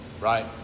right